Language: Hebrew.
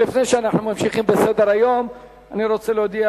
לפני שאנחנו ממשיכים בסדר-היום אני רוצה להודיע